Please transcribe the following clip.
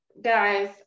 guys